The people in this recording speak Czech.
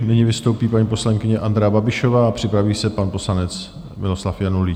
Nyní vystoupí paní poslankyně Andrea Babišová a připraví se pan poslanec Miroslav Janulík.